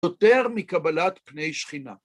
יותר מקבלת פני שכינה.